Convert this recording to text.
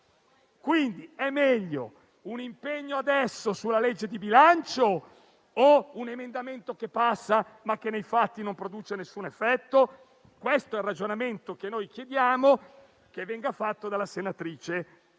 quindi, un impegno adesso sulla legge di bilancio o un emendamento che passa, ma che nei fatti non produce nessun effetto? Questo è il ragionamento che chiediamo la senatrice faccia.